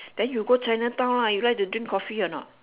then you go chinatown lah you like to drink coffee or not